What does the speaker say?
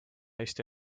eesti